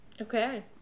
okay